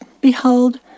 behold